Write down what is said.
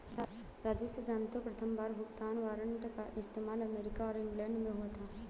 राजू से जानते हो प्रथमबार भुगतान वारंट का इस्तेमाल अमेरिका और इंग्लैंड में हुआ था